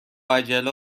عجله